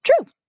true